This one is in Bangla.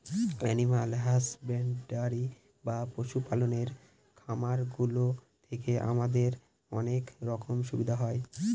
এনিম্যাল হাসব্যান্ডরি বা পশু পালনের খামার গুলো থেকে আমাদের অনেক রকমের সুবিধা হয়